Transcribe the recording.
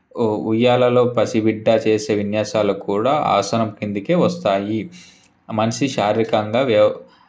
ఉయ్యాలలో పసిబిడ్డ చేసే విన్యాసాలకు కూడా ఆసనం కిందకే వస్తాయి మనిషి శారీరకంగా